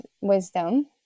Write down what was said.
wisdom